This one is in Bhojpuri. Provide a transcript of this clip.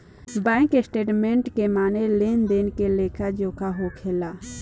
बैंक स्टेटमेंट के माने लेन देन के लेखा जोखा होखेला